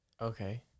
Okay